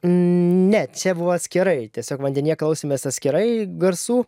ne čia buvo atskirai tiesiog vandenyje klausėmės atskirai garsų